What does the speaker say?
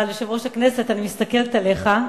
אבל, יושב-ראש הכנסת, אני מסתכלת עליך.